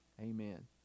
amen